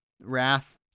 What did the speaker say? Wrath